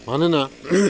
मानोना